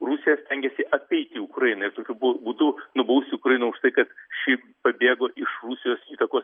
rusija stengiasi apeiti ukrainą ir tokiu bu būdu nubausti ukrainą už tai kad ši pabėgo iš rusijos įtakos